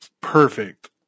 perfect